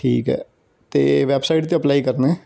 ਠੀਕ ਹੈ ਅਤੇ ਵੈਬਸਾਈਟ 'ਤੇ ਅਪਲਾਈ ਕਰਨਾ